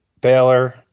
Baylor